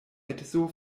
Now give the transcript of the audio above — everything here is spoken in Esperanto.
edzo